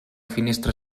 finestra